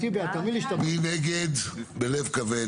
3. בלב כבד.